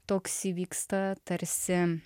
toks įvyksta tarsi